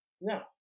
No